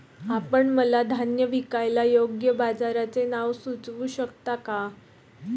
आपण मला धान्य विकायला योग्य बाजाराचे नाव सुचवू शकता का?